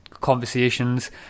conversations